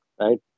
right